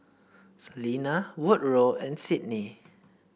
Selena Woodroe and Sydnee